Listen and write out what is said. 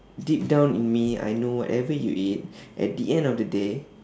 deep down in me I know whatever you eat at the end of the day